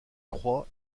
croix